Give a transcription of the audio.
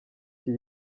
iki